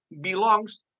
belongs